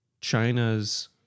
China's